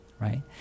Right